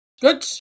Good